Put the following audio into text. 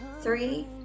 three